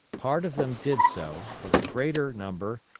part of them did so, but the greater number,